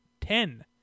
ten